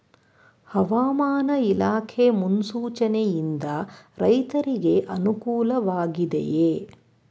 ಹವಾಮಾನ ಇಲಾಖೆ ಮುನ್ಸೂಚನೆ ಯಿಂದ ರೈತರಿಗೆ ಅನುಕೂಲ ವಾಗಿದೆಯೇ?